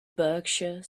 berkshire